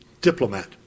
diplomat